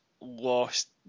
lost